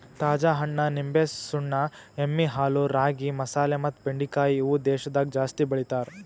ತಾಜಾ ಹಣ್ಣ, ನಿಂಬೆ, ಸುಣ್ಣ, ಎಮ್ಮಿ ಹಾಲು, ರಾಗಿ, ಮಸಾಲೆ ಮತ್ತ ಬೆಂಡಿಕಾಯಿ ಇವು ದೇಶದಾಗ ಜಾಸ್ತಿ ಬೆಳಿತಾರ್